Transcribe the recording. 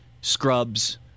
Scrubs